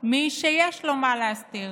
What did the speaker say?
מי שיש לו מה להסתיר,